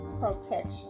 protection